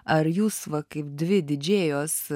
ar jūs va kaip dvi didžėjos